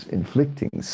inflicting